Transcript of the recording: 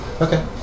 Okay